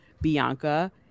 Bianca